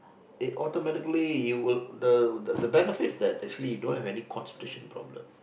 it automatically you will the the benefits that you actually don't have any constipation problem